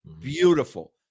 beautiful